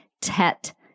tet